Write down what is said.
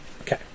Okay